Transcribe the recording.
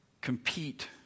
compete